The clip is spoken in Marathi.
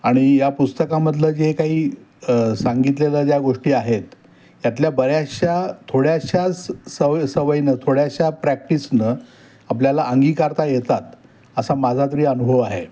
आणि या पुस्तकामधलं जे काही सांगितलेल्या ज्या गोष्टी आहेत त्यातल्या बऱ्याचशा थोड्याशा स सव सवयी नं थोड्याशा प्रॅक्टिसनं आपल्याला अंगीकारता येतात असा माझा तरी अनुभव आहे